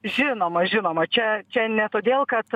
žinoma žinoma čia čia ne todėl kad